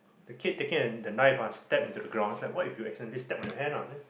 the kid taking the knife ah stab into the ground then what if you accidentally stab on your hand on